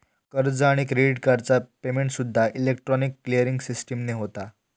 कर्ज किंवा क्रेडिट कार्डचा पेमेंटसूद्दा इलेक्ट्रॉनिक क्लिअरिंग सिस्टीमने होता